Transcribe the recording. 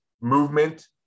movement